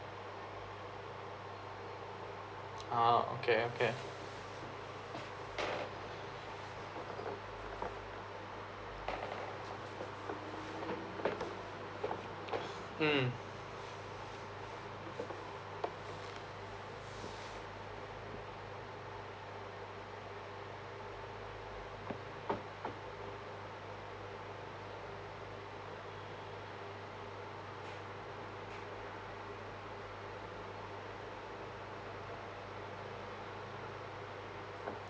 ah okay okay mm